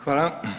Hvala.